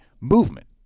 Movement